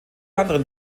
anderen